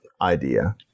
idea